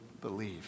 believe